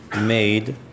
made